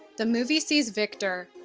the movie sees victor,